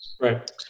Right